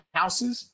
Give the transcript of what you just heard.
houses